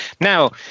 Now